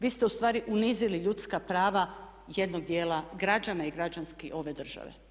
Vi ste ustvari unizili ljudska prava jednog dijela građana i građanki ove države.